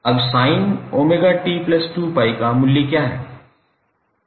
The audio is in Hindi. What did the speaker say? अब sin𝜔𝑡2𝜋 का मूल्य क्या है